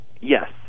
Yes